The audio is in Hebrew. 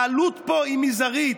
העלות פה היא מזערית,